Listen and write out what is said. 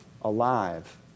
alive